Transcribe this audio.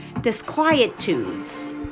disquietudes